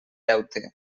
deute